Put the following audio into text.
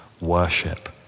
worship